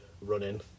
Running